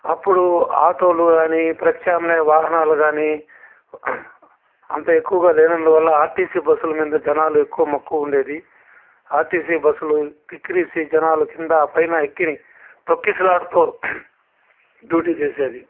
అప్పుడు ఆటోలు అని ప్రత్యమ్నాయ వాహనాలు గాని అంత ఎక్కువుగా లేనందువల్ల ఆర్టీసీ బస్సులు మీద జనాలు ఎక్కువ మక్కువ ఉండేది ఆర్టీసీ బస్సులు కిక్కిరిసి జనాలు కింద పైన ఎక్కిని తొక్కిసలాడుతూ డ్యూటీ చేసేది